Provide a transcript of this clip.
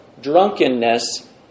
drunkenness